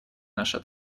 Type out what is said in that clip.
наша